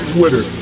Twitter